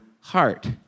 heart